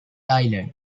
island